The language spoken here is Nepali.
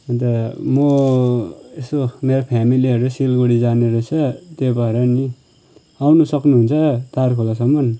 अन्त म यसो मेरो फेमिलीहरू सिलगढी जाने रहेछ त्यही भएर नि आउनु सक्नुहुन्छ तार खोलासम्म